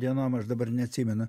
dienom aš dabar neatsimenu